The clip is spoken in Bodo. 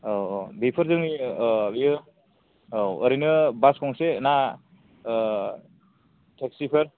औ औ बेफोर जोंनि बेयो औ ओरैनो बास गंसे ना टेक्सि फोर